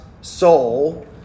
soul